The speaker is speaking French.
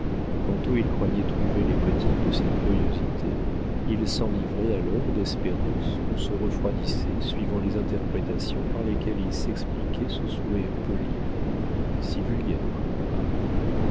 tantôt il croyait trouver les motifs de cette curiosité il s'enivrait alors d'espérance ou se refroidissait suivant les interprétations par lesquelles il s'expliquait ce souhait poli si vulgaire à paris